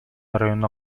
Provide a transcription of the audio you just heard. районуна